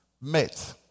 met